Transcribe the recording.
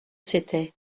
c’était